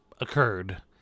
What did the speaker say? occurred